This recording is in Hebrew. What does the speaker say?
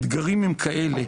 האתגרים הם כאלה,